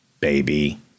baby